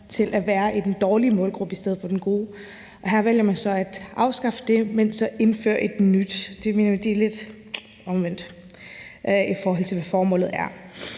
til at være i den dårlige målgruppe i stedet for den gode. Her vælger man så at afskaffe det, men så indføre et nyt. Det mener vi er lidt omvendt, i forhold til hvad formålet er.